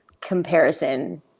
comparison